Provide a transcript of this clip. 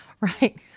Right